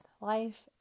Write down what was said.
life